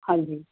ਹਾਂਜੀ